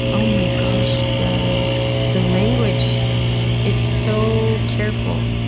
oh my gosh, the the language it's so careful.